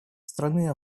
страны